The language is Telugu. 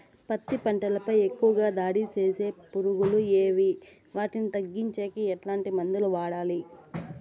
పత్తి పంట పై ఎక్కువగా దాడి సేసే పులుగులు ఏవి వాటిని తగ్గించేకి ఎట్లాంటి మందులు వాడాలి?